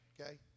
Okay